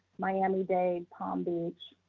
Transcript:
miami-dade, palm beach,